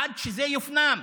עד שזה יופנם.